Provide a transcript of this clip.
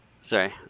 Sorry